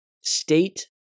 state